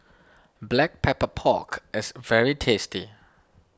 Black Pepper Pork is very tasty